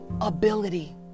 ability